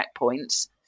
checkpoints